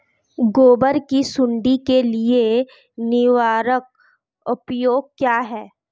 ग्वार की सुंडी के लिए निवारक उपाय क्या है?